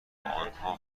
آنها